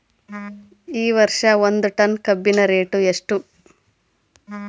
ಈ ವರ್ಷ ಒಂದ್ ಟನ್ ಕಬ್ಬಿನ ರೇಟ್ ಎಷ್ಟು?